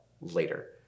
later